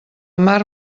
mar